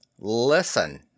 Listen